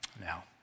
now